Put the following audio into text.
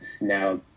now